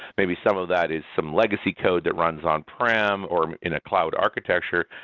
maybe some of that is some legacy code that runs on pram or in a cloud architecture,